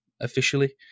officially